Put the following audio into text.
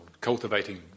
cultivating